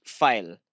file